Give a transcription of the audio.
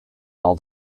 all